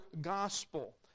gospel